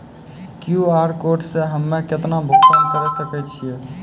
QR code से हम्मय केतना भुगतान करे सके छियै?